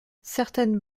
certaines